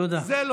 תודה.